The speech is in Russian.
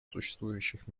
существующих